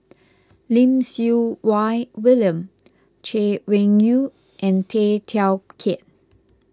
Lim Siew Wai William Chay Weng Yew and Tay Teow Kiat